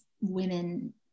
women